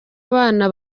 abana